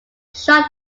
shot